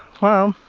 well,